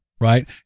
Right